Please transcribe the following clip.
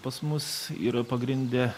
pas mus yra pagrinde